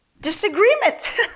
disagreement